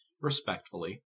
Respectfully